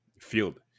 field